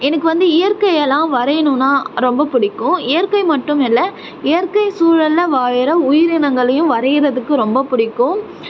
எனக்கு வந்து இயற்கை எல்லாம் வரையணும்ன்னா ரொம்ப பிடிக்கும் இயற்கை மற்றும் இல்லை இயற்கை சூழலில் வாழுகிற உயிரினங்களையும் வரையிறதுக்கு ரொம்ப பிடிக்கும்